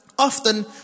often